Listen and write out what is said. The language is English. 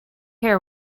care